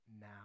now